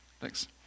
Thanks